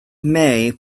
may